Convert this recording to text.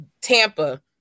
Tampa